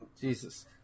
Jesus